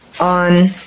on